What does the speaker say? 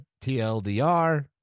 TLDR